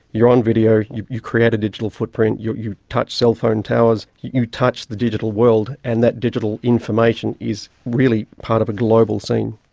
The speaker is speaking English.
you're on video, you you create a digital footprint, you touch cellphone towers, you touch the digital world, and that digital information is really part of a global scene.